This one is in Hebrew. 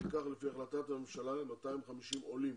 לפיכך לפי החלטת הממשלה, 250 עולים,